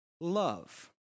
love